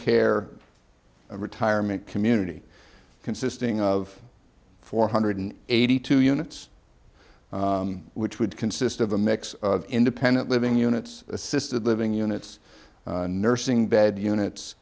care retirement community consisting of four hundred and eighty two units which would consist of a mix of independent living units assisted living units nursing bed units